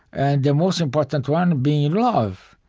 and the most important one being love.